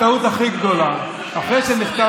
הטעות הכי גדולה, אחרי שנחתם